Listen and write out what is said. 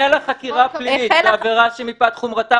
החלה חקירה פלילית בעבירה שמפאת חומרתה